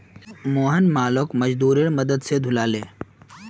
मोहन मालोक मजदूरेर मदद स ढूला ले